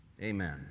Amen